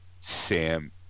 Sam